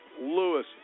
Lewis